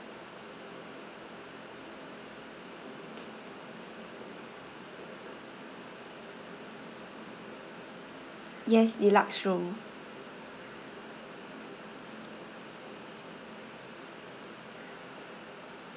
yes deluxe room